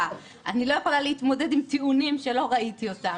אני לא יכולה להתמודד עם טיעונים שלא ראיתי אותם,